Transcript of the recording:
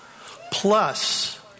Plus